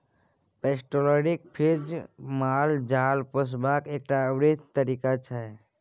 pastoralism माल जाल पोसबाक एकटा बृहत तरीका छै